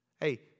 Hey